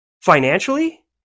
financially